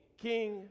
King